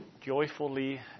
joyfully